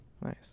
nice